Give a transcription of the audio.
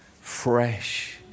fresh